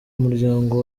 muryango